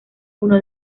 uno